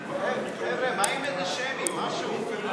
חברת הכנסת שרן השכל לאחרי סעיף 13 לא נתקבלה.